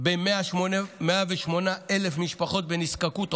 ב-108,000 משפחות בנזקקות עוני,